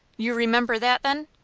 you remember that, then?